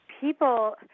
people